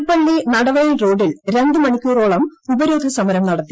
പുൽപ്പള്ളി നടവയൽ റോഡിൽ രണ്ട് മണിക്കൂറോളം ഉപരോധ സമരം നടത്തി